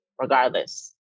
regardless